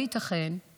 אני